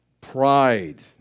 pride